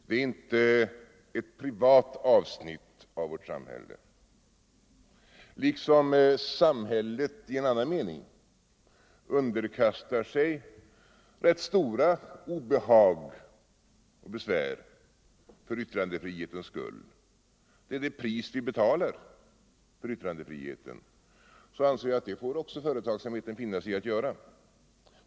Den är inte ett privat avsnitt av vårt samhälle. Samhället i en annan mening underkastar sig rätt stora obehag och besvär för yttrandefrihetens skull — det är det pris vi betalar för yttrandefriheten — och det, anser jag, får också företagsamheten finna sig i att göra.